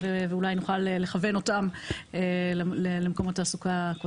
אולי נוכל לכוון אותן למקומות תעסוקה.